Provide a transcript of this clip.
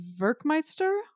Verkmeister